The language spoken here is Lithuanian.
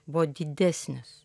buvo didesnis